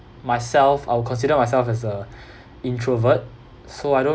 myself I will consider myself as a introvert so I don't